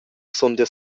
sundel